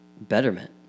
betterment